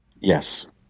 Yes